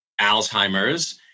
Alzheimer's